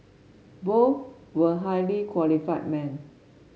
both were highly qualified men